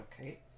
okay